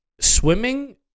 Swimming